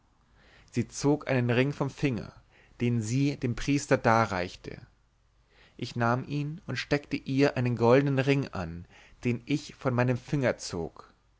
sie zog einen ring vom finger den sie dem priester darreichte ich nahm ihn und steckte ihr einen goldnen ring an den ich von meinem finger zog